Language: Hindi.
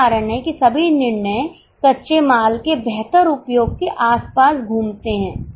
यही कारण है कि सभी निर्णय कच्चे माल के बेहतर उपयोग के आसपास घूमते हैं